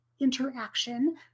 interaction